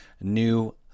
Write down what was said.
new